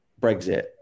Brexit